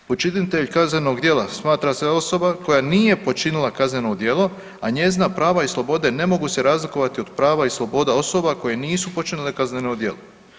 Počinitelj kaznenog djela smatra se osoba koja nije počinila kazneno djelo, a njezina prava i slobode ne mogu se razlikovati od prava i sloboda osoba koje nisu počinile kazneno djelo.